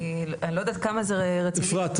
אני לא יודעת כמה זה רציני --- אפרת,